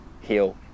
heal